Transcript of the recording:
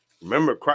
Remember